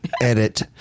edit